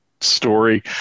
story